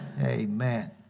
Amen